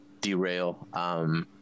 derail